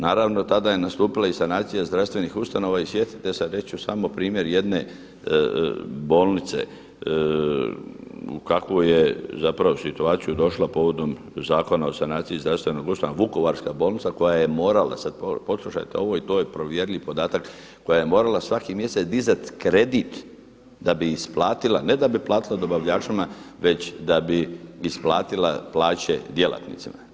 Naravno tada je nastupila i sanacija zdravstvenih ustanova i sjetite se a reći ću samo primjer jedne bolnice u kakvu je zapravo situaciju došla povodom Zakona o sanaciji zdravstvenih ustanova, Vukovarska bolnica koja je morala, sada poslušajte ovo i to je povjerljiv podatak, koja je morala svaki mjesec dizati kredit da bi isplatila, ne da bi platila dobavljačima već da bi isplatila plaće djelatnicima.